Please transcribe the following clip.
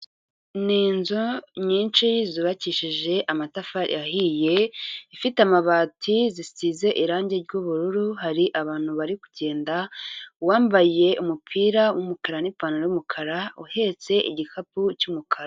Ni inzu nyinshi zubakishije amatafari yahiye, ifite amabati zisize irangi ry'ubururu, hari abantu barikugenda uwambaye umupira w'umukara n'ipantaro y'umukara, uhetse igikapu cy'umukara.